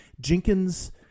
Jenkins